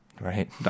right